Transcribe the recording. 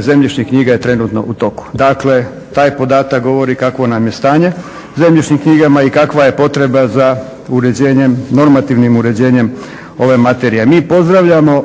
zemljišnih knjiga je trenutno u toku. Dakle taj podatak govori kakvo nam je stanje zemljišnih knjigama i kakva je potreba za normativnim uređenjem ove materije. Mi pozdravljamo